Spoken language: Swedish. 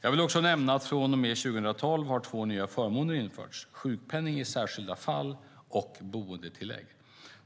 Jag vill också nämna att från och med 2012 har två nya förmåner införts, sjukpenning i särskilda fall och boendetillägg.